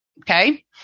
Okay